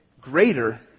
greater